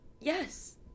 yes